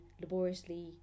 laboriously